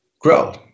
grow